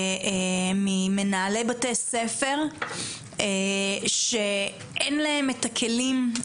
ממנהלי בתי ספר שאין להם את הכלים,